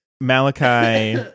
Malachi